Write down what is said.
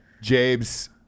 James